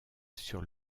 sur